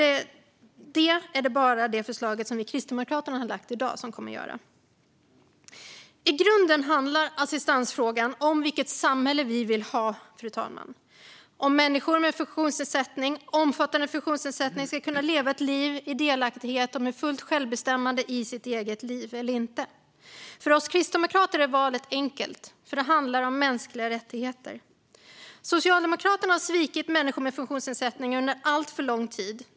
Det är det bara Kristdemokraternas förslag som kommer att göra. I grunden handlar assistansfrågan om vilket samhälle vi vill ha, fru talman. Ska människor med omfattande funktionsnedsättning kunna leva ett liv med delaktighet och ha fullt självbestämmande i sitt eget liv eller inte? För oss kristdemokrater är valet enkelt, för det handlar om mänskliga rättigheter. Socialdemokraterna har svikit människor med funktionsnedsättning under alltför lång tid.